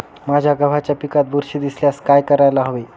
माझ्या गव्हाच्या पिकात बुरशी दिसल्यास काय करायला हवे?